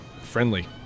friendly